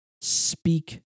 speak